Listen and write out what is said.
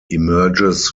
emerges